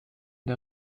der